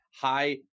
high